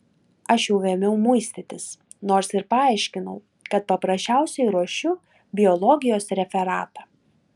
aš jau ėmiau muistytis nors ir paaiškinau kad paprasčiausiai ruošiu biologijos referatą